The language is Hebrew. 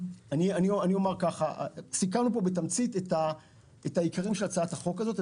סיקרנו פה בתמצית את עיקרי הצעת החוק הזו.